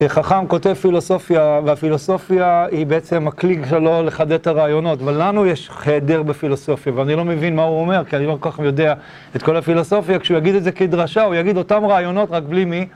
חכם כותב פילוסופיה, והפילוסופיה היא בעצם הכלי שלו לחדד את הרעיונות. ולנו יש חדר בפילוסופיה, ואני לא מבין מה הוא אומר, כי אני לא כל כך יודע את כל הפילוסופיה, כשהוא יגיד את זה כדרשה הוא יגיד אותם רעיונות רק בלי מי